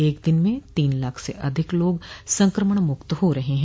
एक दिन में तीन लाख से अधिक लोग संक्रमण मूक्त हो रहे हैं